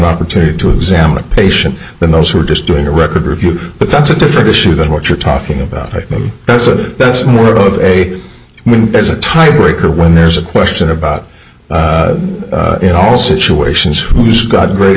opportunity to examine a patient than those who are just doing a record review but that's a different issue than what you're talking about that's a that's more of a when there's a tie breaker when there's a question about in all situations who's got greater